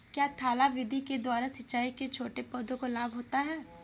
क्या थाला विधि के द्वारा सिंचाई से छोटे पौधों को लाभ होता है?